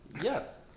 Yes